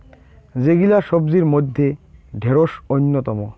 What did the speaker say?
যেগিলা সবজির মইধ্যে ঢেড়স অইন্যতম